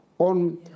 on